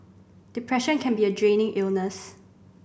depression can be a draining illness